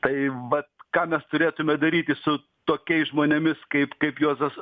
tai vat ką mes turėtume daryti su tokiais žmonėmis kaip kaip juozas